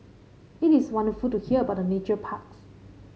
it is wonderful to hear about the nature parks